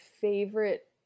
favorite